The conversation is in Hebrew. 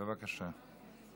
בבקשה.